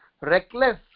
reckless